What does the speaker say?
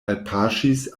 alpaŝis